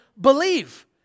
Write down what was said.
believe